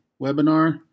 webinar